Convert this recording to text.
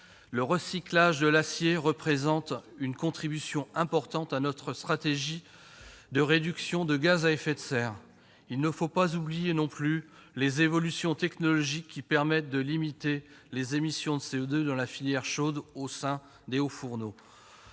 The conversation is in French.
Le recyclage de l'acier représente une contribution importante dans le cadre de notre stratégie de réduction des émissions de gaz à effet de serre. Il ne faut pas oublier les évolutions technologiques qui permettent de limiter les émissions de CO2 dans la filière chaude au sein des hauts-fourneaux.